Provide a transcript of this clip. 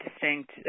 distinct